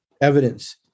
evidence